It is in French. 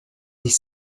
dix